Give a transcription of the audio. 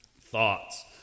thoughts